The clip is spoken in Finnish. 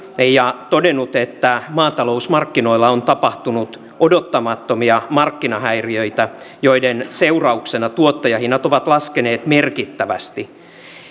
asiaa ja todennut että maatalousmarkkinoilla on tapahtunut odottamattomia markkinahäiriöitä joiden seurauksena tuottajahinnat ovat laskeneet merkittävästi